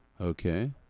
Okay